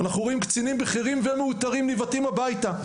אנחנו רואים קצינים בכירים ומעוטרים שנבעטים הביתה.